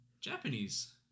japanese